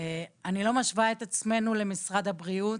אני לא משווה אותנו למשרד הבריאות